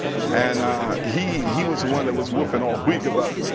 and he he was the one that was woofing all week about,